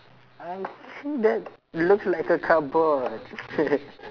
I think that looks like a cardboard